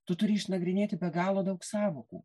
tu turi išnagrinėti be galo daug sąvokų